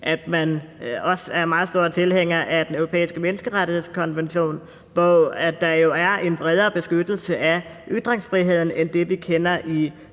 at man også er meget stor tilhænger af Den Europæiske Menneskerettighedskonvention, hvor der jo er en bredere beskyttelse af ytringsfriheden end det, vi kender i